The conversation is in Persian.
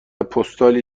پستالی